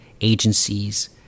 agencies